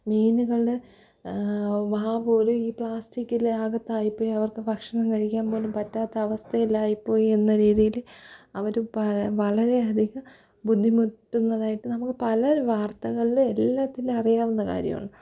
മീനുകളുടെ വാ പോലും ഈ പ്ലാസ്റ്റിക്കില്ലേ അകത്തായിപ്പോയി അവർക്ക് ഭക്ഷണം കഴിക്കാൻപോലും പറ്റാത്ത അവസ്ഥയിലായിപ്പോയി എന്ന രീതിയില് അവര് വളരെയധികം ബുദ്ധിമുട്ടുന്നതായിട്ട് നമുക്ക് പല വാർത്തകളിലും എല്ലാത്തിലും അറിയാവുന്ന കാര്യമാണ്